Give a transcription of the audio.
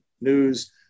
News